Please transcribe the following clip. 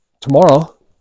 tomorrow